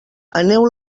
aneu